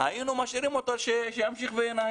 עם מי שניהל את המערכת היינו משאירים אותו שימשיך לנהל.